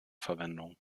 verwendung